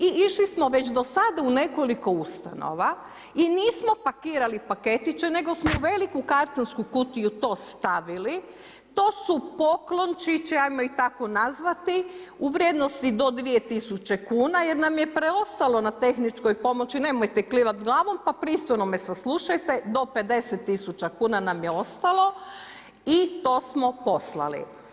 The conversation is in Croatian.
I išli smo već do sada u nekoliko ustanova i nismo pakirali paketiće nego smo u veliku kartonsku kutiju to stavili, to su poklončići, ajmo ih tako nazvati, u vrijednosti do 2000 kn, jer nam je preostalo na tehničkoj pomoći, nemojte klimati glavom, pa postrojno me saslušajte, do 50000 kn nam, je ostalo i to smo poslali.